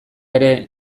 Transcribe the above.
ere